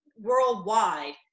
worldwide